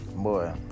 Boy